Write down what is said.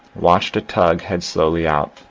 watched a tug head slowly out,